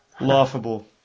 laughable